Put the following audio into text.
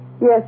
Yes